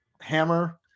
hammer